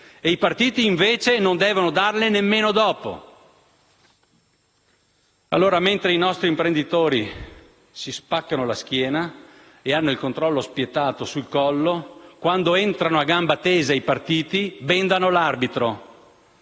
i partiti invece non devono darne nemmeno dopo. Allora, mentre i nostri imprenditori si spaccano la schiena e vengono sottoposti a un controllo spietato, quando entrano a gamba tesa i partiti si benda l'arbitro.